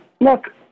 look